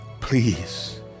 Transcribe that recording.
please